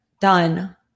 done